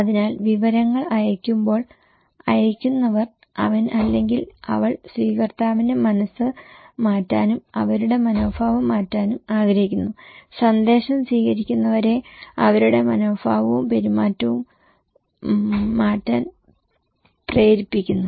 അതിനാൽ വിവരങ്ങൾ അയയ്ക്കുമ്പോൾ അയയ്ക്കുന്നവർ അവൻ അല്ലെങ്കിൽ അവൾ സ്വീകർത്താവിന്റെ മനസ്സ് മാറ്റാനും അവരുടെ മനോഭാവം മാറ്റാനും ആഗ്രഹിക്കുന്നു സന്ദേശം സ്വീകരിക്കുന്നവരെ അവരുടെ മനോഭാവവും പെരുമാറ്റവും മാറ്റാൻ പ്രേരിപ്പിക്കുന്നു